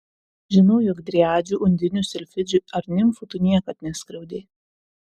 žinau jog driadžių undinių silfidžių ar nimfų tu niekad neskriaudei